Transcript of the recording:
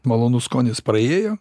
malonus skonis praėjo